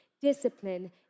Discipline